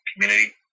community